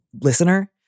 listener